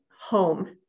home